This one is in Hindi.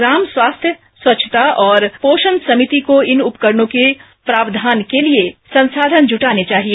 ग्राम स्वास्थ्य स्वच्छता और पोषण समिति को इन उपकरणों के प्रावधान के लिए संसाधन जूटाने चाहिए